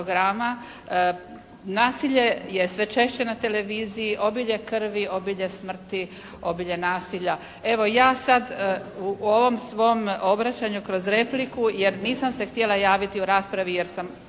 nasilje je sve češće na televiziji, obilje krvi, obilje smrti, obilje nasilja. Evo ja sad u ovom svom obraćanju kroz repliku jer nisam se htjela javiti u raspravi jer sam